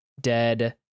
dead